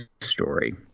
story